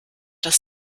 das